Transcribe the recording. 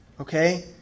okay